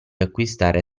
acquistare